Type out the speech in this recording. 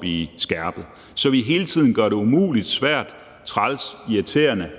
blive skærpet, så vi hele tiden gør det umuligt, svært, træls, irriterende